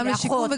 לאחות,